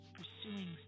pursuing